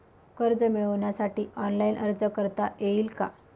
कर्ज मिळविण्यासाठी ऑनलाइन अर्ज करता येईल का?